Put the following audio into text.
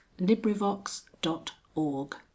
LibriVox.org